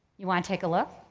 you wanna take a look?